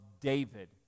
David